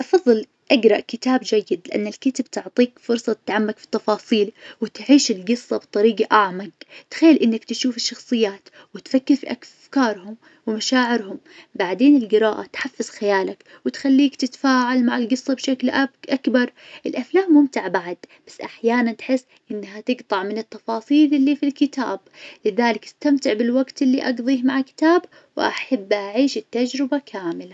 أفظل اقرأ كتاب جيد لأن الكتب تعطيك فرصة تتعمق في التفاصيل، وتعيش القصة بطريقة أعمق. تخيل إنك تشوف الشخصيات وتفكر في اكف-افكارهم ومشاعرهم. بعدين القراءة تحفز خيالك وتخليك تتفاعل مع القصة بشكل أبك- أكبر. الأفلام ممتعة بعد بس أحيانا تحس إنها تقطع من التفاصيل اللي في الكتاب. لذلك أستمتع بالوقت اللي اقظيه مع كتاب وأحب أعيش التجربة كاملة.